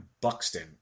Buxton